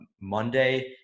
Monday